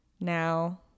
now